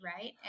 right